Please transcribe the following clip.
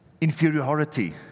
inferiority